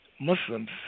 Muslims